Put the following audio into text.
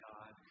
God